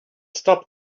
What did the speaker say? stop